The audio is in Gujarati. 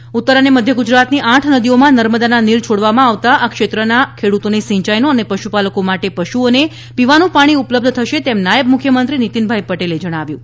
નર્મદા નીર ઉત્તર અને મધ્ય ગુજરાતની આઠ નદીઓમાં નર્મદાના નીર છોડવામાં આવતા આ ક્ષેત્રના ખેડૂતોને સિયાઈનો અને પશુપાલકો માટે પશુઓને પીવાનું પાણી ઉપલબ્ધ થશે તેમ નાયબ મુખ્યમંત્રી શ્રી નીતિનભાઇ પટેલે જણાવ્યુ છે